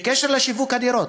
בקשר לשיווק הדירות: